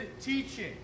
teaching